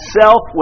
self